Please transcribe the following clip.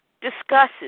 discusses